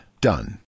Done